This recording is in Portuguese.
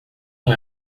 não